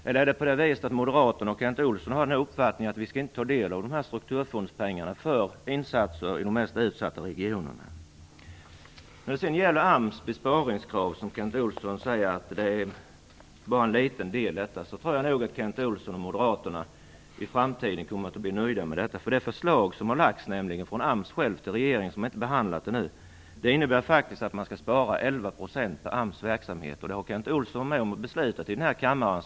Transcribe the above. Eller har moderaterna och Kent Olsson uppfattningen att vi inte skall ta del av strukturfondspengarna för insatser i de mest utsatta regionerna? Kent Olsson säger att detta bara är en liten del av de besparingskrav som ställs på AMS. Jag tror nog att Kent Olsson och övriga moderater i framtiden kommer att bli nöjda med detta. Det förslag som AMS har lagt fram till regeringen och som ännu inte har behandlats innebär att man skall spara 11 % på AMS verksamhet. Det har Kent Olsson själv varit med om att fatta beslut om här i kammaren.